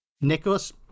Nicholas